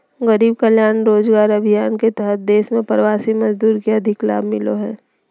गरीब कल्याण रोजगार अभियान के तहत देश के प्रवासी मजदूर के अधिक लाभ मिलो हय